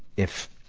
if,